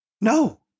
No